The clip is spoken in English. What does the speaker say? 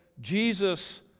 Jesus